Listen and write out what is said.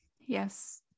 Yes